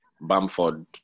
Bamford